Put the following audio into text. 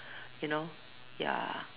you know ya